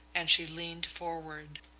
and she leaned forward.